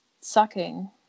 sucking